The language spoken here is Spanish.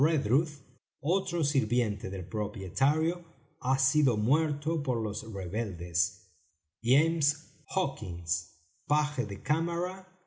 otro sirviente del propietario ha sido muerto por los rebeldes james hawkins paje de cámara